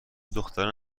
دختران